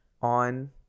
on